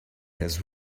his